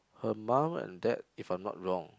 her mum and dad if I'm not wrong